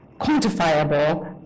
quantifiable